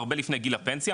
הרבה לפני גיל הפנסיה,